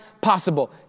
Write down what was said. possible